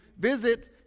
visit